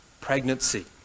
pregnancy